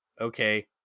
Okay